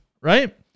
Right